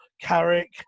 Carrick